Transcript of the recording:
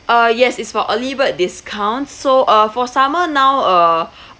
uh yes it's for early bird discounts so uh for summer now uh